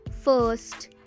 first